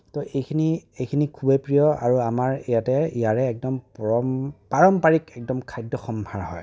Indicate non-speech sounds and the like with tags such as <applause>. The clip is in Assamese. ত' এইখিনি এইখিনি খুবেই প্ৰিয় আৰু আমাৰ ইয়াতে ইয়াৰে একদম <unintelligible> পাৰম্পাৰিক একদম খাদ্য সম্ভাৰ হয়